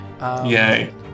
yay